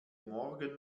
morgen